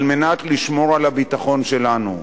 על מנת לשמור על הביטחון שלנו.